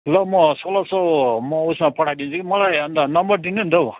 ल म सोह्र सय म उसमा पठाइदिन्छु कि मलाई अनि त नम्बर दिनु नि त हौ